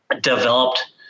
developed –